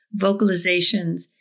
vocalizations